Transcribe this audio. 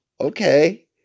Okay